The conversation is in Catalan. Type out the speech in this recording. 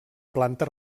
planta